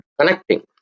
connecting